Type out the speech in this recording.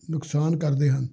ਨੁਕਸਾਨ ਕਰਦੇ ਹਨ